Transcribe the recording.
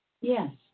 Yes